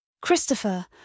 Christopher